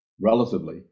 relatively